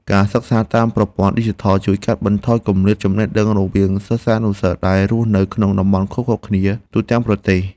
ការសិក្សាតាមប្រព័ន្ធឌីជីថលជួយកាត់បន្ថយគម្លាតចំណេះដឹងរវាងសិស្សានុសិស្សដែលរស់នៅក្នុងតំបន់ខុសៗគ្នាទូទាំងប្រទេស។